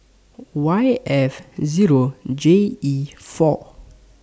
Y F Zero J E four